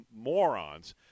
morons